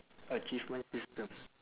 achievement system